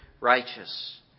righteous